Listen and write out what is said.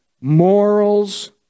morals